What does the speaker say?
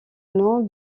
nom